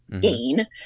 gain